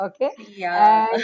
okay